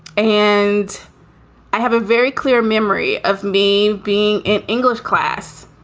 and i have a very clear memory of me being an english class.